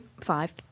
Five